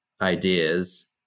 ideas